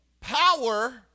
power